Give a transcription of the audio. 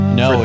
no